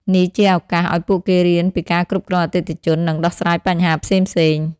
នេះជាឱកាសឲ្យពួកគេរៀនពីការគ្រប់គ្រងអតិថិជន និងដោះស្រាយបញ្ហាផ្សេងៗ។